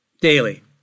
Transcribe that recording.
daily